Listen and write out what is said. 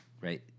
right